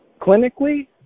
clinically